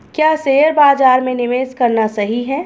क्या शेयर बाज़ार में निवेश करना सही है?